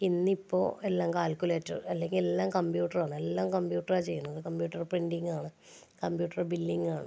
ഇന്നിപ്പോൾ എല്ലാം കാൽക്കുലേറ്റർ അല്ലെങ്കിൽ എല്ലാം കമ്പ്യൂട്ടർ ആണ് എല്ലാം കമ്പ്യൂട്ടറാണ് ചെയ്യുന്നത് കമ്പ്യൂട്ടർ പ്രിൻ്റിങ് ആണ് കമ്പ്യൂട്ടർ ബില്ലിങ്ങാണ്